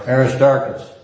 Aristarchus